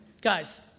guys